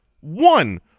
one